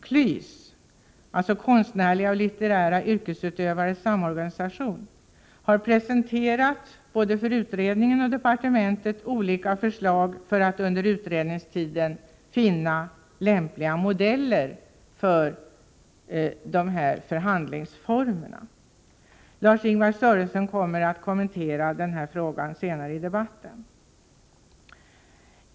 KLYS — Konstnärliga och litterära yrkesutövares samorganisation — har för både utredningen och departementet presenterat olika förslag för att under utredningstiden finna lämpliga modeller för dessa förhandlingsformer. Lars-Ingvar Sörenson kommer att kommentera denna fråga senare.